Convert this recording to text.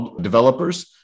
developers